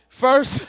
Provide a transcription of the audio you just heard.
first